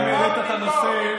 אם העלית את הנושא,